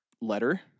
letter